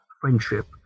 friendship